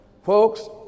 Folks